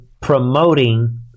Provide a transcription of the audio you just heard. promoting